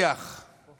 השיח